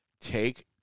Take